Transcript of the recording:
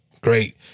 Great